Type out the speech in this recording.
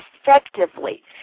effectively